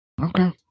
Okay